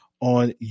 On